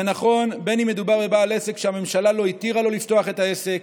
זה נכון אם מדובר בבעל עסק שהממשלה לא התירה לו לפתוח את העסק